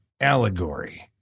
Allegory